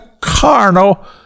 carnal